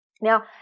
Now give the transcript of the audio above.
Now